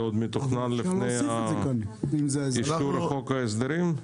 זה עוד מתוכנן לפני אישור חוק ההסדרים?